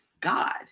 God